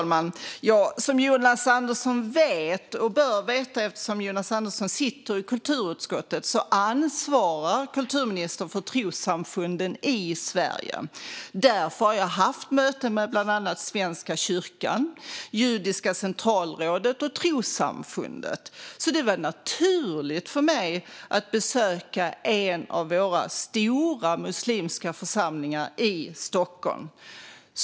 Fru talman! Som Jonas Andersson vet, eftersom han sitter i kulturutskottet, ansvarar kulturministern för trossamfunden i Sverige. Därför har jag haft möten med bland annat Svenska kyrkan och Judiska Centralrådet och trossamfundet. Därför var det naturligt för mig att besöka en av våra stora muslimska församlingar i Stockholm.